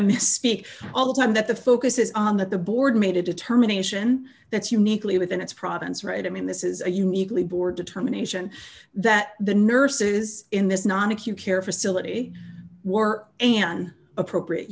i misspeak all the time that the focus is on that the board made a determination that's uniquely within its province right i mean this is a uniquely board determination that the nurses in this non acute care facility were an appropriate